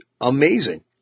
amazing